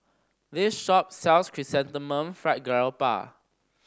this shop sells Chrysanthemum Fried Garoupa